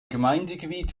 gemeindegebiet